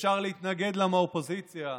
אפשר להתנגד לה מהאופוזיציה,